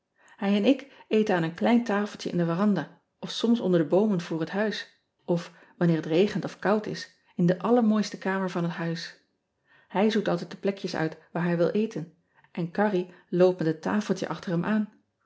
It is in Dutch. ij en ik eten aan een klein tafeltje in de waranda of soums onder de boomen voor het huis of wanneer het regent of koud is in de allermooiste kamer van het huis ij zoekt altijd de plekjes uit waar hij wil eten en arrie loopt met het tafeltje achter hem aan